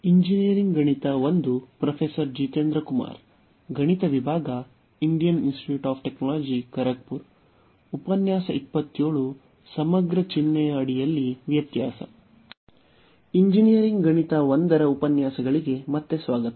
engineering ಗಣಿತ 1 ರ ಉಪನ್ಯಾಸಗಳಿಗೆ ಮತ್ತೆ ಸ್ವಾಗತ ಮತ್ತು ಇದು ಉಪನ್ಯಾಸ ಸಂಖ್ಯೆ 27